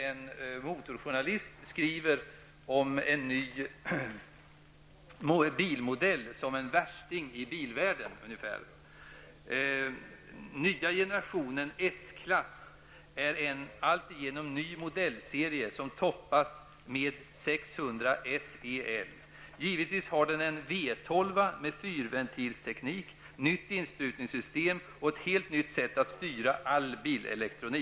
En motorjournalist skriver där om en ny bilmodell, som han beskriver ungefär som ''Nya generationens S-klass är en allt igenom ny modellserie som toppas med 600 SEL. Givetvis har den en V 12:a med fyrventilsteknik, nytt insprutningssystem och ett helt nytt sätt att styra all bilelektronik.''